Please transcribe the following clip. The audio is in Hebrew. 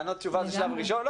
לענות תשובה זה שלב ראשון,